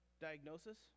diagnosis